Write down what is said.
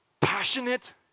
passionate